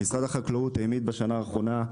משרד החקלאות העמיד, בשנה האחרונה,